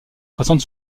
présente